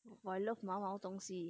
!whoa! I love 毛毛东西